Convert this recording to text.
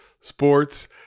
sports